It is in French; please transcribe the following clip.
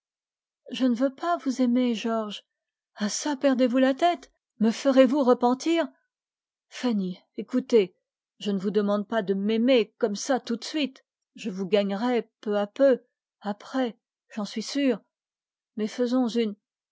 je ne veux pas vous aimer georges fanny écoutez je ne vous demande pas de m'aimer comme ça tout de suite je vous gagnerai peu à peu après j'en suis sûr mais faisons